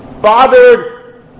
bothered